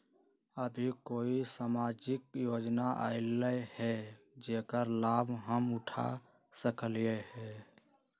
अभी कोई सामाजिक योजना आयल है जेकर लाभ हम उठा सकली ह?